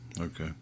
okay